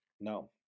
No